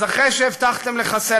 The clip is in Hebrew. אז אתם, אתם,